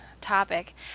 topic